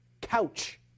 couch